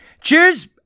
Cheers